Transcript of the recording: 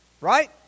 right